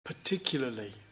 particularly